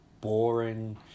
boring